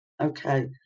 Okay